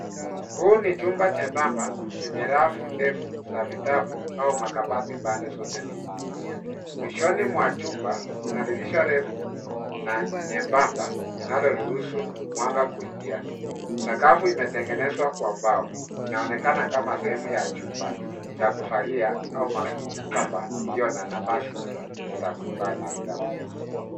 Huu ni chumba chembamba, chenye rafu ndefu za vitabu, au makabati pande zote mbili. Mwishoni mwa chumba, kuna dirisha refu, na nyembamba, linaloruhusu mwanga kuingia. Sakafu imetengenezwa kwa mbao. Inaonekana kama sehemu ya chumba, cha kuvalia, au matapa, iliyo na nafasi nyingi, za kuhifadhi vitabu.